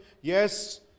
Yes